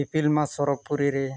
ᱤᱯᱤᱞᱢᱟ ᱥᱚᱨᱚᱜᱽ ᱯᱩᱨᱤᱨᱮ